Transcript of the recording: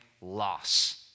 loss